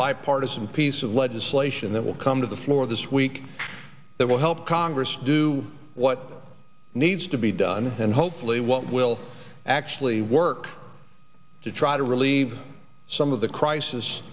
bipartisan piece of legislation that will come to the floor this week that will help congress do what needs to be done and hopefully what will actually work to try to relieve some of the crisis